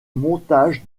montage